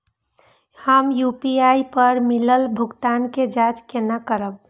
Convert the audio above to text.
हम यू.पी.आई पर मिलल भुगतान के जाँच केना करब?